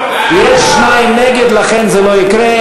יש שניים נגד, לכן זה לא יקרה.